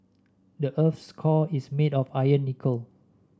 the earth's core is made of iron and nickel